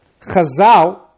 chazal